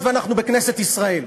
היות שאנחנו בכנסת ישראל: